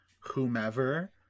Whomever